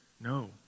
No